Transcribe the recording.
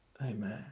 Amen